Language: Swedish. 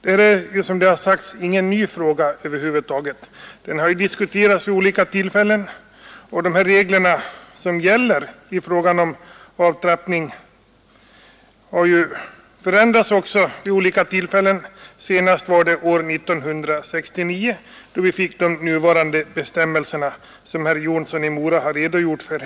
Detta är som redan sagts ingen ny fråga; den har tidigare diskuterats vid olika tillfällen. De regler som gäller i fråga om avtrappning har också förändrats vid olika tillfällen, senast år 1969 då vi fick de nuvarande bestämmelserna, som herr Jonsson i Mora redogjort för.